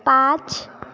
पाँच